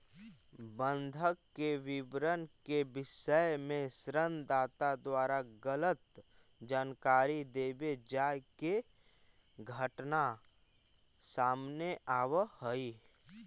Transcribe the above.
बंधक के विवरण के विषय में ऋण दाता द्वारा गलत जानकारी देवे जाए के घटना सामने आवऽ हइ